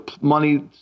money